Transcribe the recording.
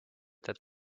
that